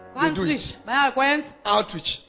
outreach